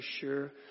sure